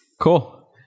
Cool